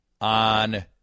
on